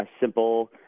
simple